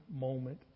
moment